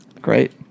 Great